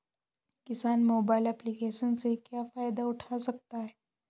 किसान mobile application से क्या फायदा उठा सकता है?